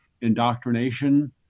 indoctrination